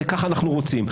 ככה אנחנו רוצים".